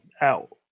out